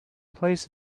plays